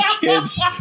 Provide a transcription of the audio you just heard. kids